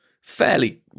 fairly